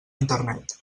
internet